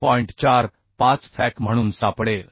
45 fck म्हणून सापडेल